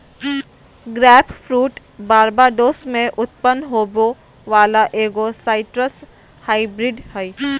grapefruit Barbados में उत्पन्न होबो वला एगो साइट्रस हाइब्रिड हइ